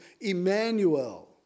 Emmanuel